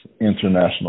international